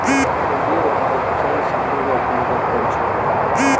मोहनेर भाई जन सह्योगोत मदद कोरछे